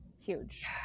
Huge